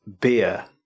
beer